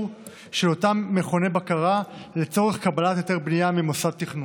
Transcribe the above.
של אותם מכוני בקרה לצורך קבלת היתר בנייה ממוסד תכנון.